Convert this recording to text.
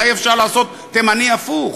אולי אפשר לעשות תימני הפוך.